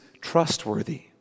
trustworthy